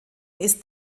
ist